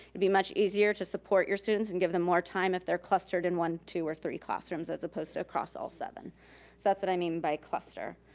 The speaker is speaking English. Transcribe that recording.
it'd be much easier to support your students and give them more time if they're clustered in one, two, or three classrooms as opposed to across all seven. so that's what i mean by cluster.